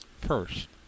First